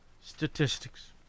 Statistics